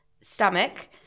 stomach